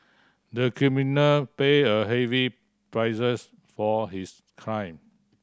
the criminal paid a heavy prices for his crime